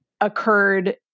occurred